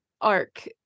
arc